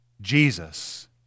Jesus